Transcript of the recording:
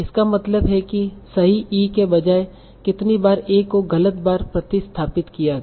इसका मतलब है कि सही e के बजाय कितनी बार a को गलत बार प्रतिस्थापित किया गया